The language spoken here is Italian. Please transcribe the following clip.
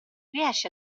riesci